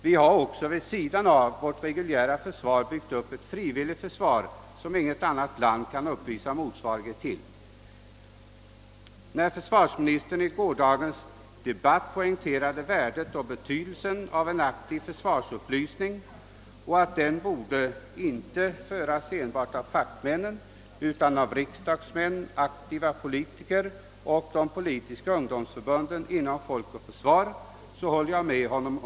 Vi har ju också vid sidan av vårt reguljära försvar byggt upp ett frivilligförsvar som inget annat land kan uppvisa en motsvarighet till. Försvarsministern poängterade i gårdagens debatt värdet och betydelsen av en aktiv försvarsupplysning och framhöll att denna upplysning borde bedrivas inte enbart av fackmännen utan även av riksdagsmän, av andra aktiva politiker och av de politiska ungdomsförbunden inom Folk och försvar, och jag håller med honom.